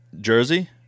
Jersey